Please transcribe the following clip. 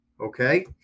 Okay